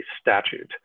statute